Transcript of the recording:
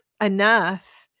enough